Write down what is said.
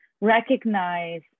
recognize